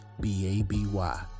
B-A-B-Y